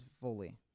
fully